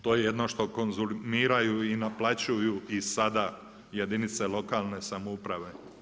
To je jedno što konzumiraju i naplaćuju i sada jedinice lokalne samouprave.